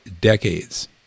decades